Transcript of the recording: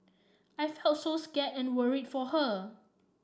I felt so scared and worried for her